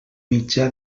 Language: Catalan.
mitjà